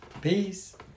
peace